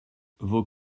vos